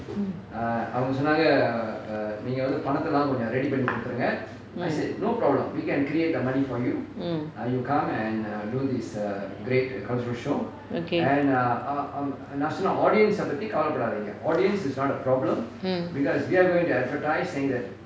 mm mm mm okay mm